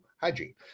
hygiene